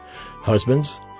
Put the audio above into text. Husbands